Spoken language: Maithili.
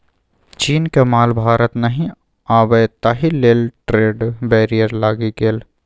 चीनक माल भारत नहि आबय ताहि लेल ट्रेड बैरियर लागि गेल